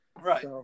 Right